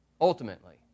ultimately